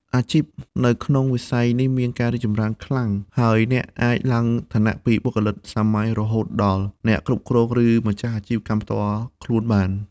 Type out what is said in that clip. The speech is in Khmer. អាជីពនៅក្នុងវិស័យនេះមានការរីកចម្រើនខ្លាំង ហើយអ្នកអាចឡើងឋានៈពីបុគ្គលិកសាមញ្ញរហូតដល់អ្នកគ្រប់គ្រងឬម្ចាស់អាជីវកម្មផ្ទាល់ខ្លួនបាន។